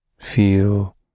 feel